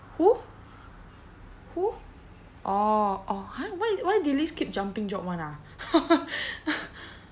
who who orh orh !huh! why why dilys keep jumping job [one] ah